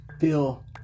feel